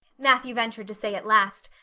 matthew ventured to say at last,